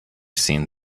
seen